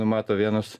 numato vienas